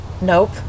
Nope